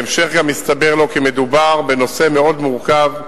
בהמשך גם הסתבר לו כי מדובר בנושא מאוד מורכב,